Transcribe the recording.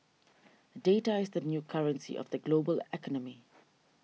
data is the new currency of the global economy